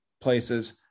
places